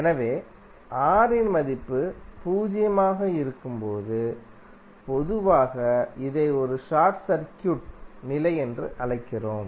எனவே R இன் மதிப்பு பூஜ்ஜியமாக இருக்கும்போது பொதுவாக இதை ஒரு ஷார்ட் சர்க்யூட் நிலை என்று அழைக்கிறோம்